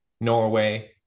Norway